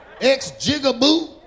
Ex-jigaboo